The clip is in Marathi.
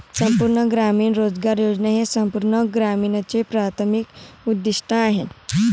संपूर्ण ग्रामीण रोजगार योजना हे संपूर्ण ग्रामीणचे प्राथमिक उद्दीष्ट आहे